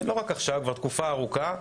כבר תקופה ארוכה,